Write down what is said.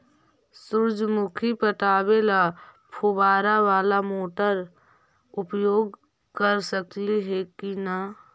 सुरजमुखी पटावे ल फुबारा बाला मोटर उपयोग कर सकली हे की न?